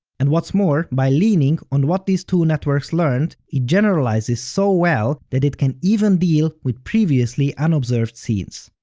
and what's more, by leaning on what these two networks learned, it generalizes so well that it can even deal with previously unobserved scenes.